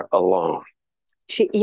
alone